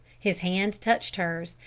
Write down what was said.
his hand touched hers,